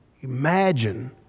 Imagine